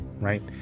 right